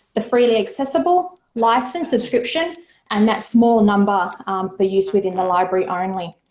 the freely accessible, licensed subscription and that small number for use within the library um only.